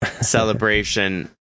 celebration